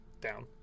down